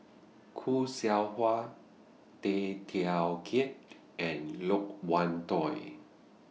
Khoo Seow Hwa Tay Teow Kiat and Loke Wan Tho